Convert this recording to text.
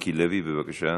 מיקי לוי, בבקשה.